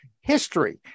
history